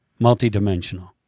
multidimensional